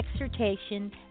exhortation